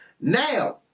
Now